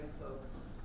folks